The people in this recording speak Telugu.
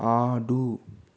ఆడు